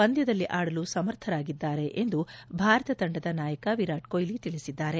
ಪಂದ್ಯದಲ್ಲಿ ಆಡಲು ಸಮರ್ಥರಾಗಿದ್ದಾರೆ ಎಂದು ಭಾರತ ತಂಡದ ನಾಯಕ ವಿರಾಣ್ ಕೊಹ್ತಿ ತಿಳಿಸಿದ್ದಾರೆ